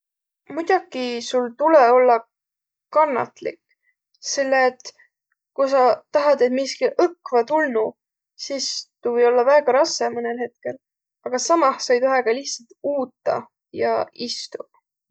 Muidoki sul tulõ ollaq kannatlik. Selle et ku sa tahat, et miski õkva tulnuq, sis tuu või ollaq väega rassõ mõnõl hetkel. Agaq samah sa ei toheq ka lihtsalt uutaq ja istuq.